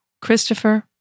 Christopher